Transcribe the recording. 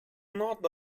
not